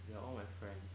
they're all my friends